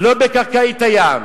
לא בקרקעית הים